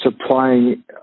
supplying